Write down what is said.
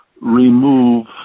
remove